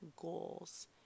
goals